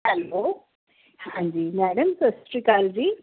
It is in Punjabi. ਹੈਲੋ ਹਾਂਜੀ ਮੈਡਮ ਸਤਿ ਸ਼੍ਰੀ ਅਕਾਲ ਜੀ